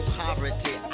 poverty